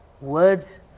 words